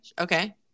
okay